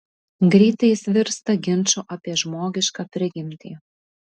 greitai jis virsta ginču apie žmogišką prigimtį